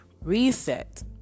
reset